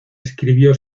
escribió